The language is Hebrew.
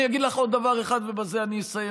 אני אגיד לך עוד דבר אחד ובזה אסיים,